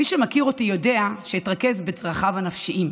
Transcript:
מי שמכיר אותי יודע שאתרכז בצרכיו הנפשיים,